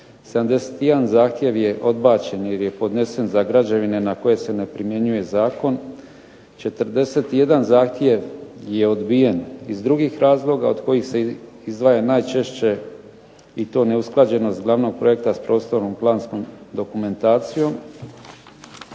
71 zahtjev je odbačen jer je podnesen za građevine na koje se ne primjenjuje zakon; 41 zahtjev je odbijen iz drugih razloga od kojih se izdvaja najčešće i to neusklađenost glavnog projekta s prostorno-planskom dokumentacijom;